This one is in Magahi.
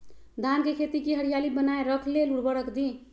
धान के खेती की हरियाली बनाय रख लेल उवर्रक दी?